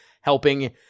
helping